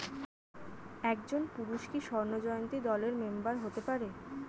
একজন পুরুষ কি স্বর্ণ জয়ন্তী দলের মেম্বার হতে পারে?